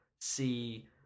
see